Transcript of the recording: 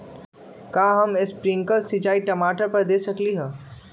का हम स्प्रिंकल सिंचाई टमाटर पर दे सकली ह?